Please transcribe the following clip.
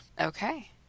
Okay